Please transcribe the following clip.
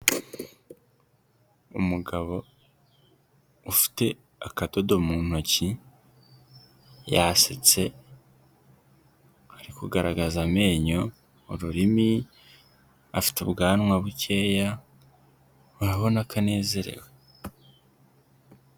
Umugabo ufite akadodo mu ntoki yasetse, ari kugaragaza amenyo ururimi afite ubwanwa bukeya urabona a ko anezerewe.